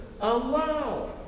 allow